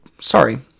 Sorry